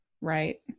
Right